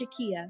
Shakia